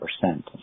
percent